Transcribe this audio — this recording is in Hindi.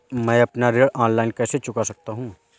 मैं अपना ऋण ऑनलाइन कैसे चुका सकता हूँ?